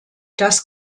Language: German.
das